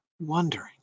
Wondering